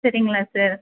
சரிங்களா சார்